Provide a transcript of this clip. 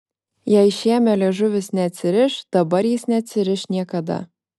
jei šėmio liežuvis neatsiriš dabar jis neatsiriš niekada